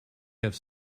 have